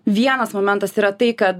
vienas momentas yra tai kad